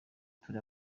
turi